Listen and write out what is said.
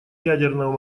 ядерного